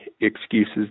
excuses